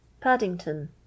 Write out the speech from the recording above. Paddington